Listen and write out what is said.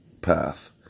path